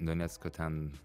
donecko ten